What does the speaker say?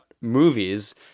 movies